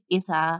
isa